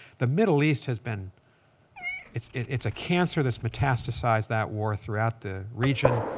the middle east has been it's it's a cancer that's metastasized that war throughout the region.